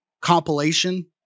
compilation